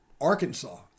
Arkansas